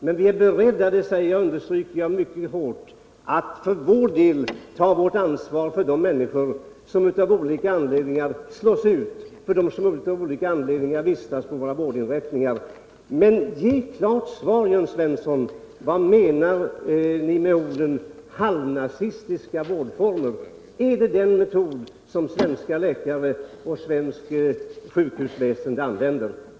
Men vi är för vår del beredda — det understryker jag mycket kraftigt —att ta vårt ansvar för de människor som av olika anledningar slås ut och för de människor som vistas på våra vårdinrättningar. Ge ett klart svar, Jörn Svensson: Vad menar ni med uttrycket halvnazistiska vårdmetoder? Är det sådana metoder som svenska läkare och andra inom svensk sjukvård använder?